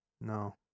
No